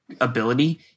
ability